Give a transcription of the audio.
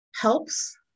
helps